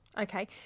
Okay